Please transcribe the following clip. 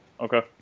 Okay